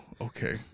Okay